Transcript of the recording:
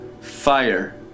fire